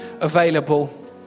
available